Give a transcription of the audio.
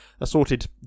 assorted